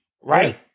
Right